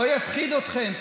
שלא יפחיד אתכם,